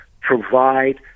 provide